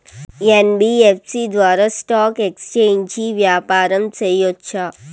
NBFC ద్వారా stock exchange వ్యాపారం సేయొచ్చా?